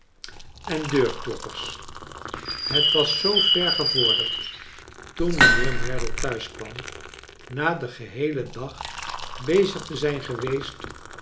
en deurkloppers het was zoo ver gevorderd toen mijnheer merdle thuis kwam na den geheelen dag bezig te zijn geweest